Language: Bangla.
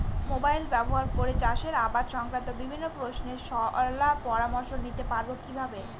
মোবাইল ব্যাবহার করে চাষের আবাদ সংক্রান্ত বিভিন্ন প্রশ্নের শলা পরামর্শ নিতে পারবো কিভাবে?